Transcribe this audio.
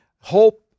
Hope